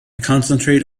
concentrate